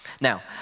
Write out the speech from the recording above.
Now